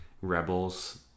rebel's